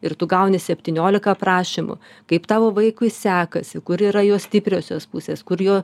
ir tu gauni septyniolika aprašymų kaip tavo vaikui sekasi kur yra jo stipriosios pusės kur jo